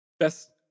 Best